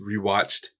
rewatched